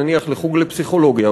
נניח לחוג לפסיכולוגיה,